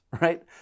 right